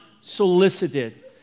solicited